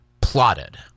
plotted